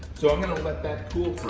so i'm gonna let that cool for